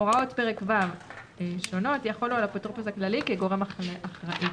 הוראות פרק ו' יחולו על האפוטרופוס הכללי כגורם אחראי."